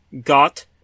got